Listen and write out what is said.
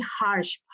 harsh